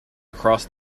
across